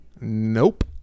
Nope